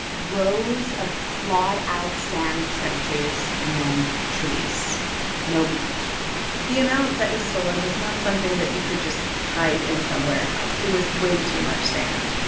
rows of clawed-out sand trenches and then trees no beach the amount that was stolen was not something that you could just hide in some warehouse. it was way too much sand.